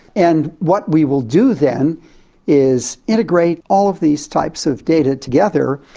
and what we will do then is integrate all of these types of data together.